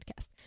podcast